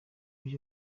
niwe